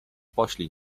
poślij